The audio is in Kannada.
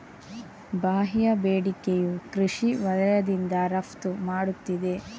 ಬಾಹ್ಯ ಬೇಡಿಕೆಯು ಕೃಷಿ ವಲಯದಿಂದ ರಫ್ತು ಮಾಡುತ್ತಿದೆ